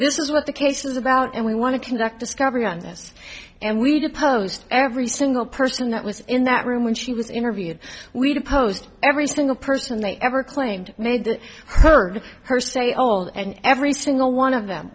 this is what the case is about and we want to conduct discovery on this and we deposed every single person that was in that room when she was interviewed we deposed every single person they ever claimed made that heard her say old and every single one of them